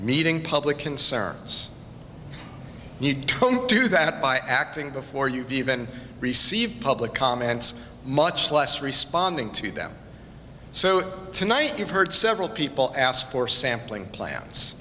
meeting public concerns need to do that by acting before you've even received public comments much less responding to them so tonight you've heard several people asked for sampling plans